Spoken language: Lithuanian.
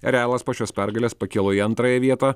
realas po šios pergalės pakilo į antrąją vietą